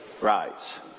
rise